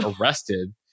arrested